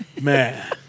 Man